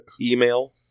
email